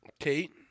Kate